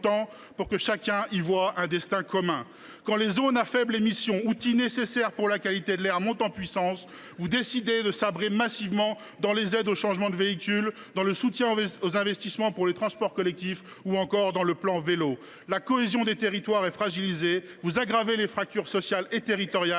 pour que chacun y voie un destin commun. Quand les zones à faibles émissions, outils nécessaires pour la qualité de l’air, montent en puissance, vous décidez de sabrer massivement dans les aides au changement de véhicules, dans le soutien aux investissements pour les transports collectifs et dans le plan Vélo. La cohésion des territoires est fragilisée, vous aggravez les fractures sociales et territoriales